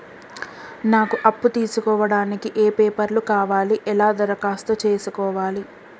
నాకు అప్పు తీసుకోవడానికి ఏ పేపర్లు కావాలి ఎలా దరఖాస్తు చేసుకోవాలి?